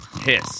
hiss